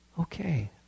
okay